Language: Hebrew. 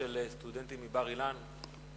הסטודנטים מבר-אילן.